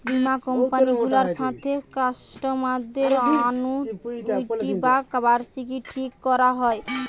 বীমা কোম্পানি গুলার সাথে কাস্টমারদের অ্যানুইটি বা বার্ষিকী ঠিক কোরা হয়